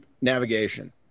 navigation